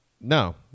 No